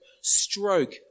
stroke